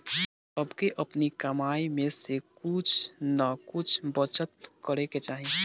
सबके अपनी कमाई में से कुछ नअ कुछ बचत करे के चाही